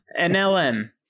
NLM